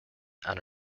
and